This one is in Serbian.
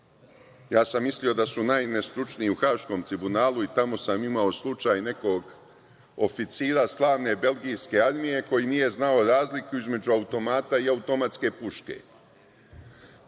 Ja sam mislio da su najnestručniji u Haškom tribunalu i tamo sam imao slučaj nekog oficira strane belgijske armije koji nije znao razliku između automata i automatske puške.